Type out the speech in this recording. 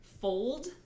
fold